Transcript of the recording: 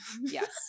Yes